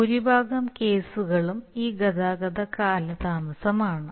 ഭൂരിഭാഗം കേസുകളും ഈ ഗതാഗത കാലതാമസമാണ്